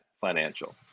Financial